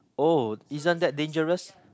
oh isn't that dangerous